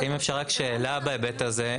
אם אפשר רק שאלה בהיבט הזה.